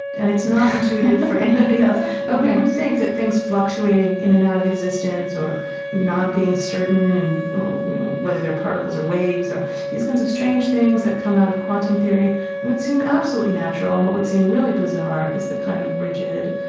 and it's not intuitive for anybody else that we would think that things fluctuating in and out of existence or not being certain or and whether they're particles or waves or these kinds of strange things that come out of quantum theory would seem absolutely natural and what would seem really bizarre is the kind of rigid,